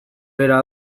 bera